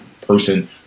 person